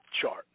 chart